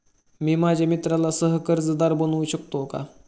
मी माझ्या मित्राला सह कर्जदार बनवू शकतो का?